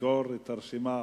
ויסגור את הרשימה,